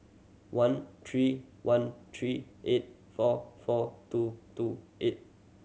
one three one three eight four four two two eight